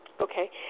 Okay